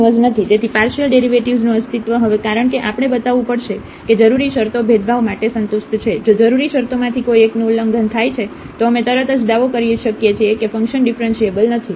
તેથી પાર્શિયલ ડેરિવેટિવ્ઝનું અસ્તિત્વ હવે કારણ કે આપણે બતાવવું પડશે કે જરૂરી શરતો ભેદભાવ માટે સંતુષ્ટ છે જો જરૂરી શરતોમાંથી કોઈ એકનું ઉલ્લંઘન થાય છે તો અમે તરત જ દાવો કરી શકીએ છીએ કે ફંકશન ડીફરન્શીએબલ નથી